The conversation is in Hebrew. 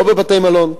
לא בבתי-מלון,